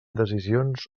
decisions